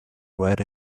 red